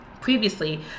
Previously